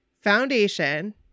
foundation